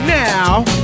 now